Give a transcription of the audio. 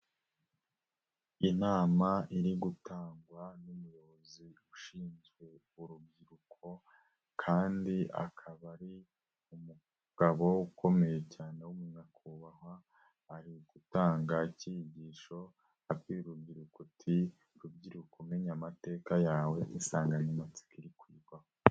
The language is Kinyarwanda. Inama iri gutangwa n'umuyobozi ushinzwe urubyiruko, kandi akaba ari umugabo ukomeye cyane w'umunyakubahwa, ari ugutanga ikigisho abwira urubyiruko uti rubyiruko menya amateka yawe, ni insanganyamatsiko irikwigwaho.